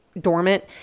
dormant